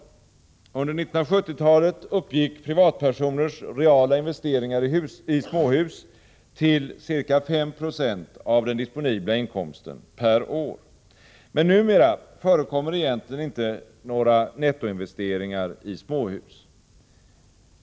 Under 1970-talet uppgick privatpersoners reala investeringar i småhus till ca 590 av den disponibla inkomsten per år. Men numera förekommer egentligen inte några nettoinvesteringar i småhus.